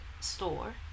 Store